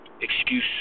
excuse